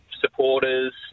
supporters